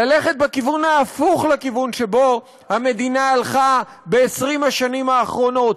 ללכת בכיוון ההפוך מהכיוון שבו המדינה הלכה ב-20 השנים האחרונות,